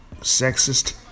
sexist